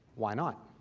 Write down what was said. why not?